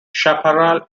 chaparral